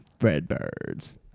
Redbirds